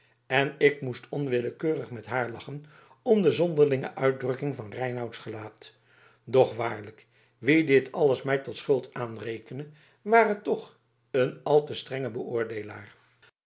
en ik moest onwillekeurig met haar lachen om de zonderlinge uitdrukking van reinouts gelaat doch waarlijk wie dit alles mij tot schuld aanrekende ware toch een al te strenge beoordeelaar